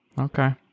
Okay